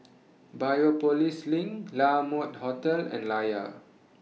Biopolis LINK La Mode Hotel and Layar